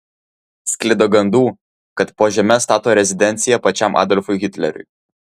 sklido gandų kad po žeme stato rezidenciją pačiam adolfui hitleriui